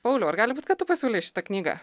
pauliau ar gali būt kad tu pasiūlei šitą knygą